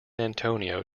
antonio